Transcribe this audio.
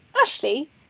Ashley